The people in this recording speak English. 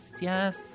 yes